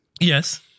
Yes